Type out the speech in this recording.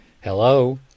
Hello